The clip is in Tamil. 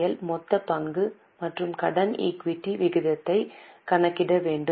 எல் மொத்த பங்கு மற்றும் கடன் ஈக்விட்டி விகிதத்தை கணக்கிட வேண்டும்